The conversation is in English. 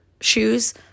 shoes